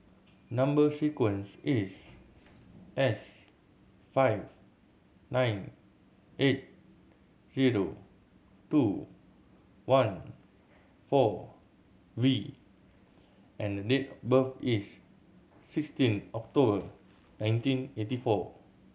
number sequence is S five nine eight zero two one four V and the date of birth is sixteen October nineteen eighty four